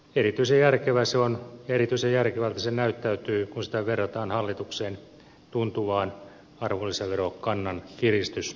erityisen järkevä se on ja erityisen järkevältä se näyttäytyy kun sitä verrataan hallituksen tuntuvaan arvonlisäverokannan kiristysesitykseen